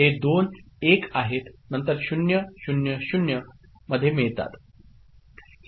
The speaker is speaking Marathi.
हे दोन 1s आहेत नंतर 0 0 0 मध्ये मिळतात